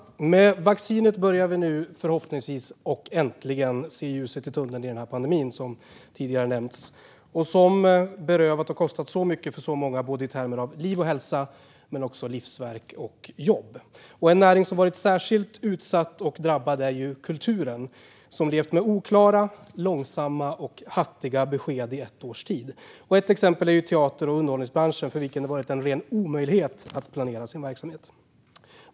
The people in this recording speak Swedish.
Herr talman! Med vaccinet börjar vi nu förhoppningsvis att äntligen se ljuset i tunneln. Som tidigare har nämnts har pandemin berövat och kostat så mycket för så många i termer av både liv och hälsa och när det gäller livsverk och jobb. En näring som har varit särskilt utsatt och drabbad är kulturen, som levt med oklara, långsamma och hattiga besked i ett års tid. Ett exempel är teater och underhållningsbranschen, för vilken det har varit en ren omöjlighet att planera verksamheten.